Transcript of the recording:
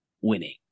winning